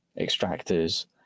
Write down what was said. extractors